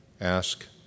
ask